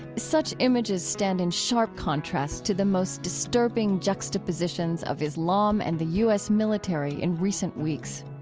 such images stand in sharp contrast to the most disturbing juxtapositions of islam and the u s. military in recent weeks.